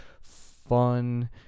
fun